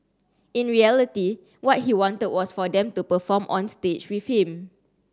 in reality what he wanted was for them to perform on stage with him